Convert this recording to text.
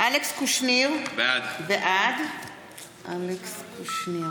בעד אלכס קושניר,